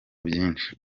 byinshi